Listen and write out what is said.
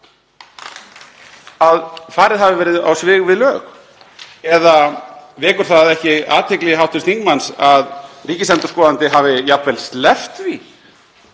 að farið hafi verið á svig við lög? Eða vekur það ekki athygli hv. þingmanns að ríkisendurskoðandi hafi jafnvel sleppt því